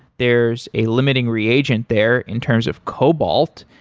there's a limiting reagent there in terms of cobalt.